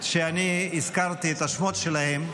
שאני הזכרתי את השמות שלהם.